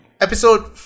Episode